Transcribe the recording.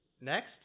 Next